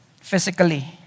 physically